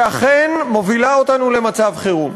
שאכן מובילה אותנו למצב חירום.